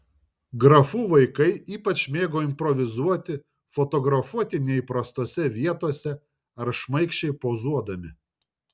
grafų vaikai ypač mėgo improvizuoti fotografuoti neįprastose vietose ar šmaikščiai pozuodami